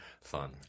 Fun